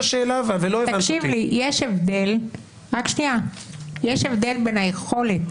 יש הבדל בין היכולת